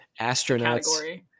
Astronauts